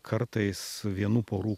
kartais vienų porų